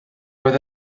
oedd